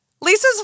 Lisa's